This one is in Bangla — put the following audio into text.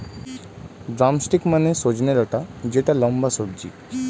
ড্রামস্টিক মানে সজনে ডাটা যেটা লম্বা সবজি